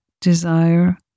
desire